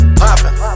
poppin